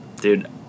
Dude